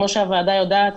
כמו שהוועדה יודעת,